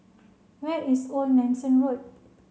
where is Old Nelson Road